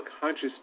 conscious